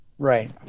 Right